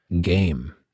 game